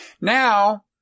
Now